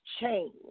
change